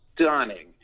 stunning